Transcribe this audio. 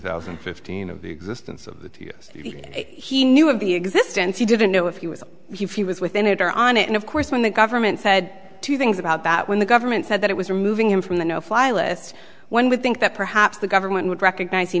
thousand and fifteen of the existence of the u s he knew of the existence he didn't know if he was he was within it or on it and of course when the government said two things about that when the government said that it was removing him from the no fly list one would think that perhaps the government would recognize he